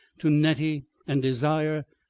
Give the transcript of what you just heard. to nettie and desire,